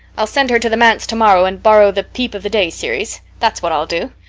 i'll send her to the manse tomorrow and borrow the peep of the day series, that's what i'll do.